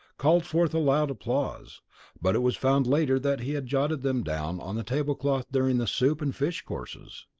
called forth loud applause but it was found later that he had jotted them down on the tablecloth during the soup and fish courses.